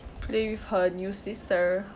play with her new sister